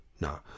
No